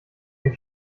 den